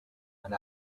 and